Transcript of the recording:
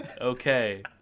Okay